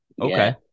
Okay